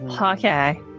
okay